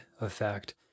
effect